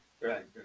Right